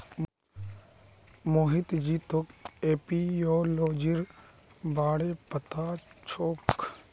मोहित जी तोक एपियोलॉजीर बारे पता छोक